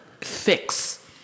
fix